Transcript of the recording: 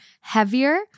heavier